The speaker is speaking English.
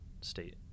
state